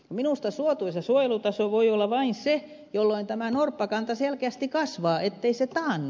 minusta suotuisa suojelutaso voi olla vain se jolloin tämä norppakanta selkeästi kasvaa ettei se taannu